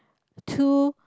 two